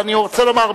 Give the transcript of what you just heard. אני רוצה לומר,